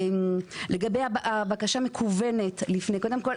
לגבי הבקשה המקוונת לפני - קודם כול,